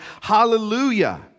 Hallelujah